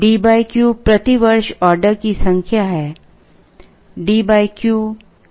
D Q प्रति वर्ष order की संख्या है